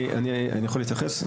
אני יכול להתייחס?